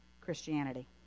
Christianity